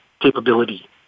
capability